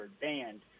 banned